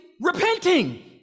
repenting